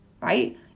Right